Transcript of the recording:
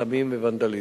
סמים וונדליזם.